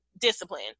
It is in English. discipline